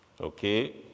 Okay